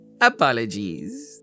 Apologies